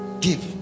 give